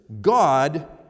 God